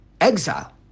exile